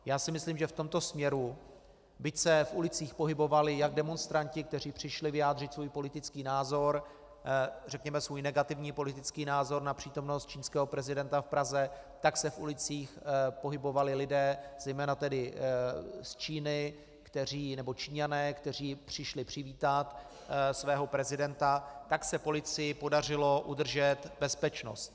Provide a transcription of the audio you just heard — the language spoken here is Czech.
Já si myslím, že v tomto směru, byť se v ulicích pohybovali jak demonstranti, kteří přišli vyjádřit svůj politický názor, řekněme svůj negativní politický názor na přítomnost čínského prezidenta v Praze, tak se v ulicích pohybovali lidé, zejména tedy Číňané, kteří přišli přivítat svého prezidenta, tak se policii podařilo udržet bezpečnost.